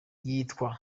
yitwa